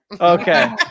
Okay